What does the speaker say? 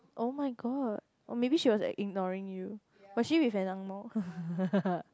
oh-my-god or maybe she was like ignoring you but is she with a angmoh